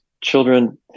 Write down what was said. children